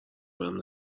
بهم